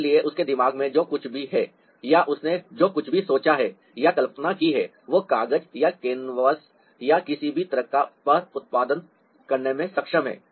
इसलिए उसके दिमाग में जो कुछ भी है या उसने जो कुछ भी सोचा है या कल्पना की है वह कागज या कैनवस या किसी भी सतह पर उत्पादन करने में सक्षम है